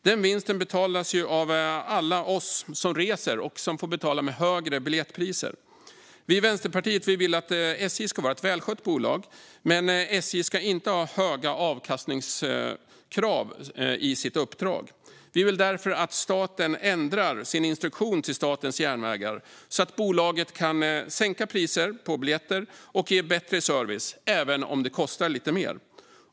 Den vinsten betalas ju av alla oss som reser och med allt högre biljettpriser. Vi i Vänsterpartiet vill att SJ ska vara ett välskött bolag, men SJ ska inte ha höga avkastningskrav i sitt uppdrag. Vi vill därför att staten ändrar i sin instruktion till SJ så att bolaget kan sänka priser på biljetter och ge bättre service även om det kostar lite mer.